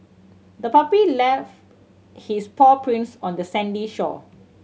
the puppy left his paw prints on the sandy shore